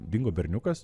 dingo berniukas